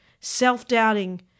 self-doubting